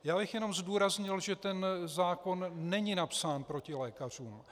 Já bych jenom zdůraznil, že ten zákon není napsán proti lékařům.